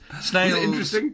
Snails